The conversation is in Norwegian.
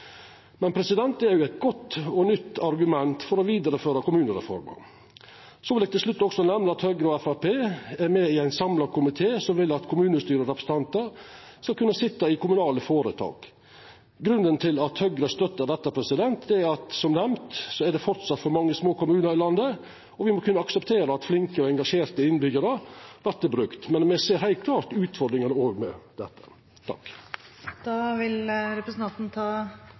Men det er jo eit godt og nytt argument for å vidareføra kommunereforma. Så vil eg til slutt også nemna at Høgre og Framstegspartiet er med i ein samla komité som vil at kommunestyrerepresentantar skal kunna sitja i styret i kommunale føretak. Grunnen til at Høgre støttar dette, er at det – som nemnt – framleis er for mange små kommunar i landet, og me må kunna akseptera at flinke og engasjerte innbyggjarar vert brukte. Men me ser heilt klart òg utfordringane med dette. Vil representanten ta